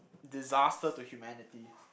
disaster to humanity